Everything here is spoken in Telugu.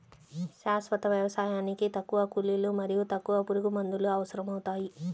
శాశ్వత వ్యవసాయానికి తక్కువ కూలీలు మరియు తక్కువ పురుగుమందులు అవసరమవుతాయి